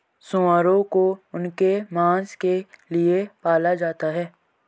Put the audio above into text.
सूअरों को उनके मांस के लिए पाला जाता है